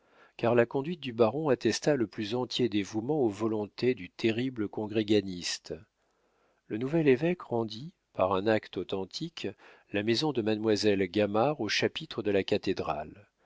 car la conduite du baron attesta le plus entier dévouement aux volontés du terrible congréganiste le nouvel évêque rendit par un acte authentique la maison de mademoiselle gamard au chapitre de la cathédrale